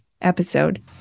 episode